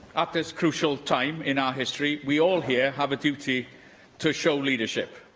at this crucial time in our history, we all here have a duty to show leadership.